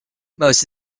most